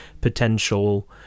potential